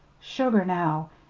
sugar, now!